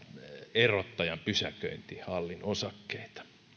erottajan pysäköintihallin osakkeita